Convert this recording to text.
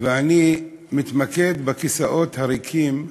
ואני מתמקד בכיסאות הריקים,